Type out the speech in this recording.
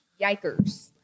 yikers